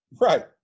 Right